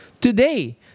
today